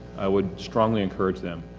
i would strongly encourage them.